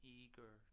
eager